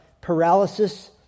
paralysis